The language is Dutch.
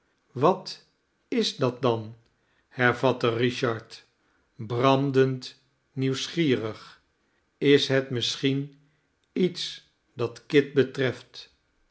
wat is dat dan hervatte richard brandend nieuwsgierig is het misschien iets dat kit betreft